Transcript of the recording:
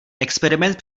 experiment